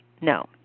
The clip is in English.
No